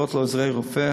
הכשרות לעוזרי רופא,